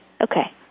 Okay